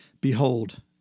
Behold